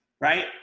right